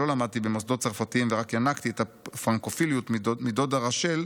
שלא למדתי במוסדות צרפתיים ורק ינקתי את הפרנקופיליות מדודה רשל,